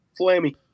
Flammy